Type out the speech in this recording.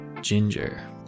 ginger